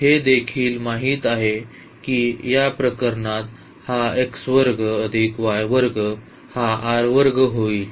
आपल्याला हे देखील माहित आहे की या प्रकरणात हा x वर्ग अधिक y वर्ग हा r वर्ग होईल